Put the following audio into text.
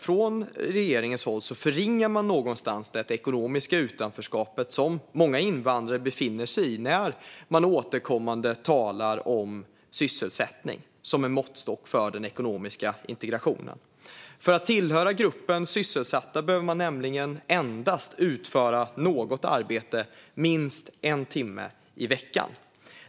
Från regeringens håll förringar man någonstans det ekonomiska utanförskap som många invandrare befinner sig i när man återkommande talar om sysselsättning som en måttstock för den ekonomiska integrationen. För att tillhöra gruppen sysselsatta behöver man nämligen endast utföra något arbete minst en timme i veckan.